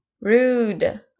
Rude